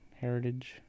heritage